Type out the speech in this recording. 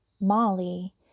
Molly